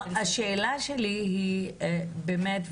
השאלה שלי היא באמת,